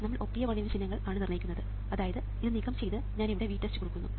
നമ്മൾ OPA1 ൻറെ ചിഹ്നങ്ങൾ ആണ് നിർണ്ണയിക്കുന്നത് അതായത് ഇത് നീക്കം ചെയ്ത് ഞാൻ ഇവിടെ VTEST കൊടുക്കുന്നു